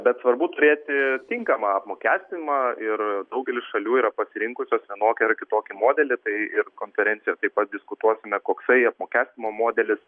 bet svarbu turėti tinkamą apmokestinimą ir daugelis šalių yra pasirinkusios vienokį ar kitokį modelį tai ir konferencijoje taip pat diskutuosime koksai apmokestinimo modelis